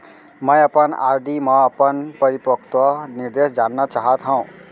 मै अपन आर.डी मा अपन परिपक्वता निर्देश जानना चाहात हव